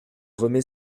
remet